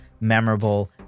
memorable